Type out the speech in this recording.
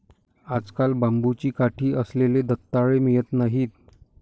आजकाल बांबूची काठी असलेले दंताळे मिळत नाहीत